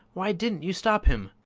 why didn't you stop him?